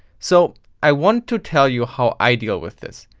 so i wanted to tell you how i deal with this.